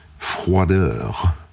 froideur